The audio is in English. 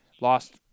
lost